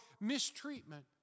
mistreatment